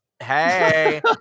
Hey